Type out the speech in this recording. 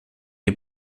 les